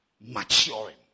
maturing